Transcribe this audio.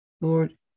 Lord